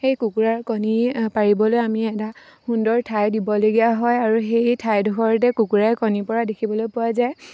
সেই কুকুৰাৰ কণী পাৰিবলৈ আমি এটা সুন্দৰ ঠাই দিবলগীয়া হয় আৰু সেই ঠাইডোখৰতে কুকুৰাই কণীৰ পৰা দেখিবলৈ পোৱা যায়